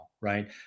right